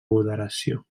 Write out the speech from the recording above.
moderació